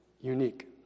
unique